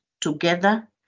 together